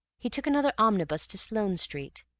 he took another omnibus to sloane street,